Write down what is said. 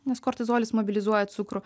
nes kortizolis mobilizuoja cukrų